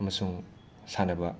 ꯑꯃꯁꯨꯡ ꯁꯥꯟꯅꯕ